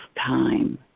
time